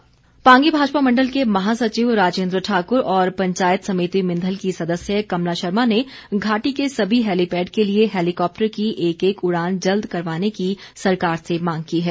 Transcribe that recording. मांग पांगी भाजपा मण्डल के महासचिव राजेन्द्र ठाकुर और पंचायत समिति मिंधल की सदस्य कमला शर्मा ने घाटी के सभी हैलीपैड के लिए हैलीकॉप्टर की एक एक उड़ान जल्द करवाने की सरकार से मांग की है